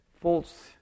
false